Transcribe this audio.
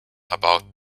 about